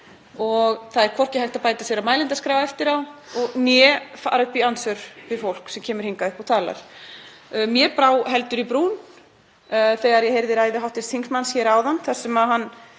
og það er hvorki hægt að bæta sér á mælendaskrá eftir á né fara upp í andsvör við fólk sem kemur hingað upp og talar. Mér brá heldur í brún þegar ég heyrði ræðu hv. þingmanns hér áðan þar sem hann